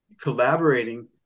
collaborating